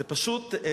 זה פשוט,